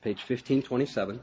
page fifteen twenty seven